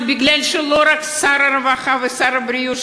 זה כי לא רק שר הרווחה ושר הבריאות,